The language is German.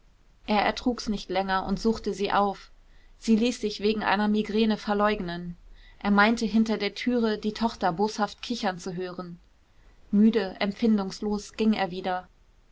er ertrug's nicht länger und suchte sie auf sie ließ sich wegen einer migräne verleugnen er meinte hinter der türe die tochter boshaft kichern zu hören müde empfindungslos ging er wieder